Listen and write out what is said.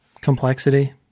complexity